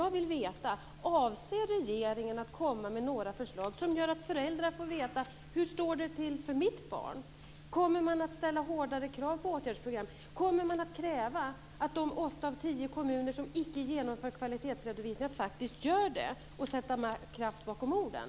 Jag vill veta: Avser regeringen att komma med några förslag som gör att föräldrar får veta hur det står till med deras barn? Kommer man att ställa hårdare krav på åtgärdsprogram? Kommer man att kräva att de åtta av tio kommuner som inte genomför kvalitetsredovisningar faktiskt gör det och sätta kraft bakom orden?